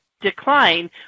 decline